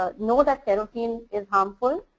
ah know that kerosene is harmful.